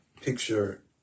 picture